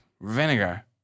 vinegar